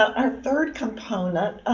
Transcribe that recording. our third component,